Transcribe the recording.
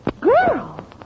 Girl